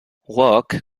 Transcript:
work